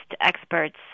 experts